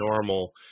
normal